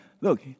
Look